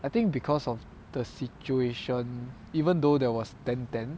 I think because of the situation even though there was ten ten